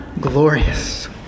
glorious